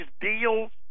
deals